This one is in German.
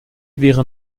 wäre